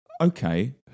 Okay